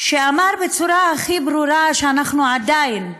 שאמר בצורה הכי ברורה שאנחנו עדיין,